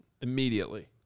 immediately